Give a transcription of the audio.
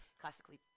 classically